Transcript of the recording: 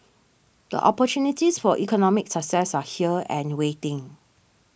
the opportunities for economic success are here and waiting